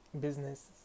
business